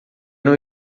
não